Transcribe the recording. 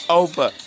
over